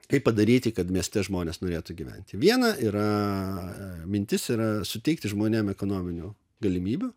kaip padaryti kad mieste žmonės norėtų gyventi viena yra mintis yra suteikti žmonėm ekonominių galimybių